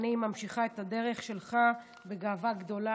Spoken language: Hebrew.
אני ממשיכה את הדרך שלך בגאווה גדולה.